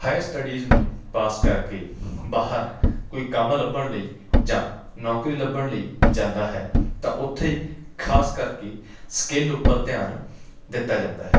higher studies ਨੂੰ pass ਕਰਕੇ ਬਾਹਰ ਕੋਈ ਕੰਮ ਲੱਭਣ ਲਈ ਜਾਂ ਨੌਕਰੀ ਲੱਭਣ ਲਈ ਜਾਂਦਾ ਹੈ ਤਾਂ ਉੱਥੇ ਖਾਸ ਕਰਕੇ ਸਕਿੱਲ ਉੱਪਰ ਧਿਆਨ ਦਿੱਤਾ ਜਾਂਦਾ ਹੈ